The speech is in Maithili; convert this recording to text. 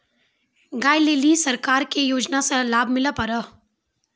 गाय ले ली सरकार के योजना से लाभ मिला पर?